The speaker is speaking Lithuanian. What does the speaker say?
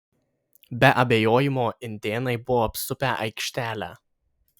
be abejojimo indėnai buvo apsupę aikštelę